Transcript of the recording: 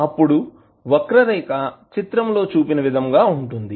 అప్పుడు వక్రరేఖ చిత్రంలో చూపిన విధంగా ఉంటుంది